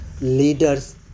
leaders